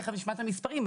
תכף נשמע את המספרים,